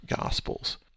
Gospels